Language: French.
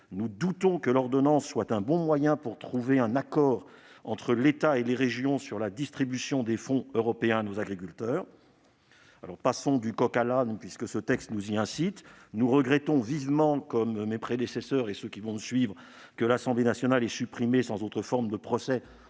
nous doutons que l'ordonnance soit le meilleur moyen de trouver un accord entre l'État et les régions sur la distribution des fonds européens à nos agriculteurs. Passons du coq à l'âne, puisque ce texte nous y invite. Nous regrettons vivement que l'Assemblée nationale ait supprimé sans autre forme de procès